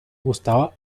gustaba